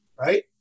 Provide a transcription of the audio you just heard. right